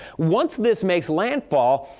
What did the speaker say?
once this makes landfall,